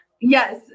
Yes